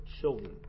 children